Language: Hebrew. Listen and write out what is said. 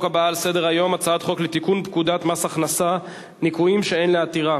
שמונה תומכים, 22 מתנגדים, אין נמנעים.